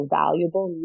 valuable